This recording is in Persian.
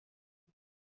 بود